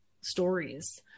stories